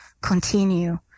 continue